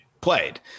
played